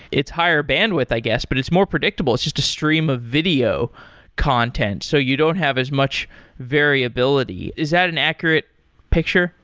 it's higher bandwidth, i guess, but it's more predictable. it's just a stream of video content. so you don't have as much variability. is that an accurate picture?